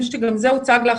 אני חושבת שגם זה הוצג לך,